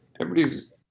Everybody's